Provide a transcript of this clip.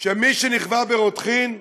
שמי שנכווה ברותחין,